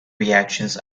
reactions